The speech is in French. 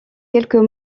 quelques